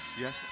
yes